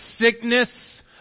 sickness